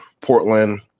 Portland